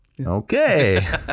Okay